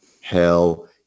Hell